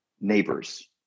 neighbors